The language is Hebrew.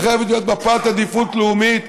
וחייבת להיות מפת עדיפות לאומית,